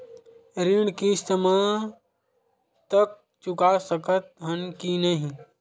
ऋण किस्त मा तक चुका सकत हन कि नहीं?